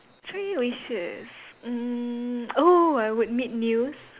three wishes mm oh I would meet news